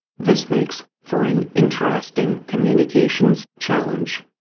this makes for an interesting communications challenge.